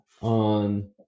on